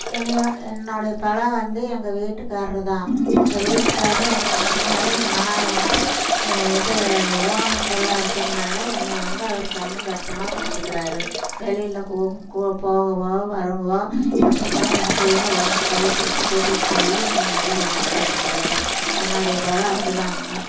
என்னைய என்னுடைய பலம் வந்து எங்கள் வீட்டுகாரரு தான் எங்கள் வீட்டுகாரரு என்னை அந்த மாதிரி நான் வந்து இது ஊனமுற்றவளாக இருக்கிறதுனால என்னை வந்து அவரு கண்ணும் கருத்துமாக பாத்துக்கிறாரு வெளியில் போகவோ வரவோ எப்போ பார் எங்கேயும் என் கையை பிடிச்சி கூட்டிகிட்டு போய் என்னை நல்ல விதமாக பாத்துக்கிறாரு என்னுடைய பலம் அது தானுங்க